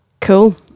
cool